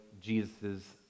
Jesus